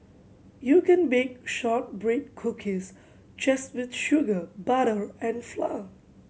you can bake shortbread cookies just with sugar butter and flour